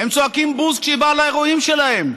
הם צועקים "בוז" כשהיא באה לאירועים שלהם,